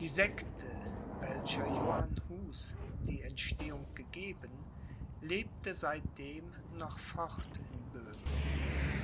die sekte welcher johann huß die entstehung gegeben lebte seitdem noch fort in böhmen